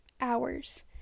hours